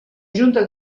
junta